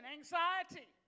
anxiety